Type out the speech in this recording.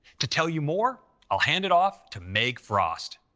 to tell you more, i'll hand it off to meg frost.